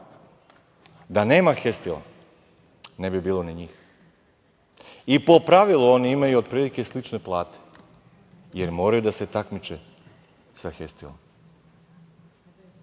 Da nema „Hestila“, ne bi bilo ni njih. I po pravilu oni imaju otprilike slične plate, jer moraju da se takmiče sa „Hestilom“.Ali,